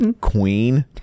queen